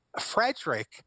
Frederick